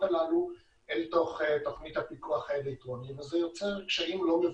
הללו אל תוך תוכנית הפיקוח האלקטרוני וזה יוצר קשיים לא מבוטלים.